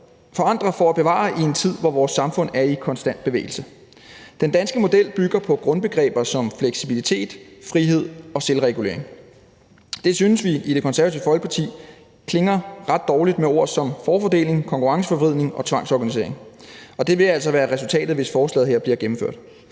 forandre for at bevare i en tid, hvor vores samfund er i konstant bevægelse. Den danske model bygger på grundbegreber som fleksibilitet, frihed og selvregulering. Det synes vi i Det Konservative Folkeparti klinger ret dårligt med ord som forfordeling, konkurrenceforvridning og tvangsorganisering, og det vil altså være resultatet, hvis forslaget her bliver gennemført.